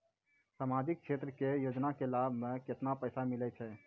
समाजिक क्षेत्र के योजना के लाभ मे केतना पैसा मिलै छै?